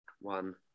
one